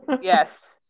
Yes